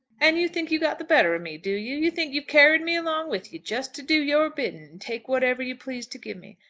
and you think you've got the better of me, do you? you think you've carried me along with you, just to do your bidding and take whatever you please to give me?